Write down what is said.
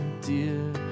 Dear